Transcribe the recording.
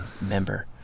member